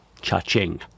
cha-ching